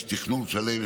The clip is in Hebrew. יש תכנון שלם.